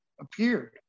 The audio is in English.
appeared